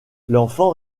l’enfant